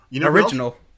original